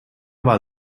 war